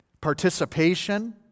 participation